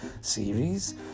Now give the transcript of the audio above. series